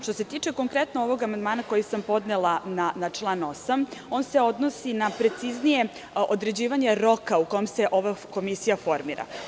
Što se konkretno tiče ovog amandmana koji sam podnela na član 8. on se odnosi na preciznije određivanje roka u kome se ova komisija formira.